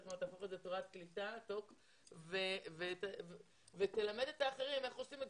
תהפוך את זה לתורת קליטה ותלמד את האחרים איך עושים את